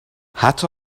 حتی